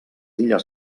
illes